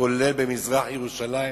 כולל במזרח-ירושלים,